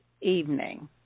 evening